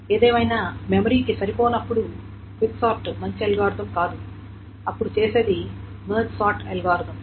ఏదేమైనా అది మెమరీకి సరిపోనప్పుడు క్విక్ సార్ట్ మంచి అల్గోరిథం కాదు అప్పుడు చేసేది మెర్జ్ సార్ట్ అల్గోరిథం